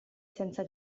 senza